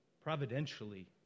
providentially